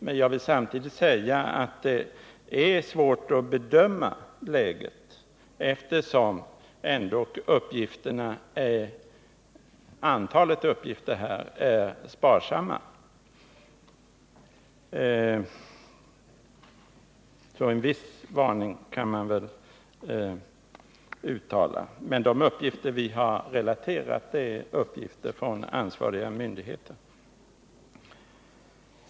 Men jag vill samtidigt säga att det är svårt att bedöma läget, eftersom det är sparsamt med uppgifter. En viss varning för säkra påståenden kan man därför uttala. Men de uppgifter vi har återgivit är uppgifter från ansvariga myndigheter.